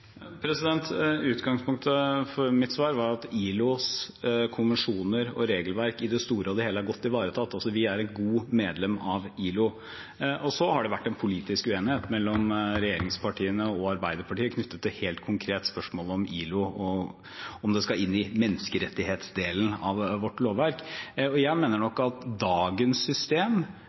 Utgangspunktet for mitt svar var at ILOs konvensjoner og regelverk i det store og hele er godt ivaretatt. Vi er et godt medlem av ILO. Så har det vært politisk uenighet mellom regjeringspartiene og Arbeiderpartiet helt konkret knyttet til spørsmålet om ILO skal inn i menneskerettighetsdelen av vårt lovverk. Jeg mener nok at dagens system